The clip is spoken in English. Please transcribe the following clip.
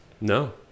no